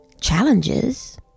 challenges